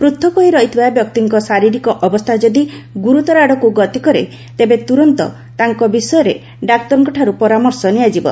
ପୃଥକ ହୋଇ ରହିଥିବା ବ୍ୟକ୍ତିଙ୍କ ଶାରୀରିକ ଅବସ୍ଥା ଯଦି ଗୁରୁତର ଆଡ଼କୁ ଗତିକରେ ତେବେ ତୁରନ୍ତ ତାଙ୍କ ବିଷୟରେ ଡାକ୍ତରଙ୍କଠାରୁ ପରାମର୍ଶ ନିଆଯିବ